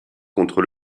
contre